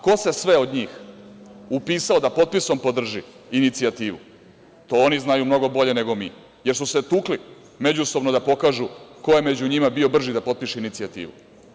Ko se sve od njih upisao da potpisom podrži inicijativu, to oni znaju mnogo bolje nego mi, jer su se tukli međusobno da pokažu ko je među njima bio brži da potpiše inicijativu.